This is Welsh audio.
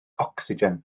ocsigen